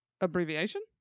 Abbreviation